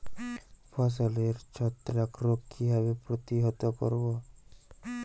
ফসলের ছত্রাক রোগ কিভাবে প্রতিহত করব?